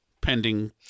pending